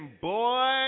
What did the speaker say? boy